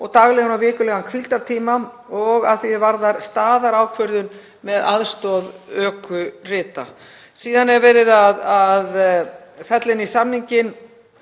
og daglegan og vikulegan hvíldartíma og að því er varðar staðarákvörðun með aðstoð ökurita. Síðan er verið að fella inn í samninginn